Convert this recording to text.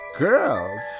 Girls